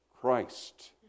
Christ